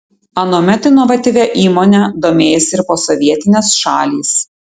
anuomet inovatyvia įmone domėjosi ir posovietinės šalys